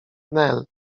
nel